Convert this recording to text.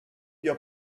your